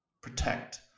protect